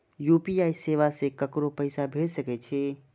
UPI सेवा से ककरो पैसा भेज सके छी?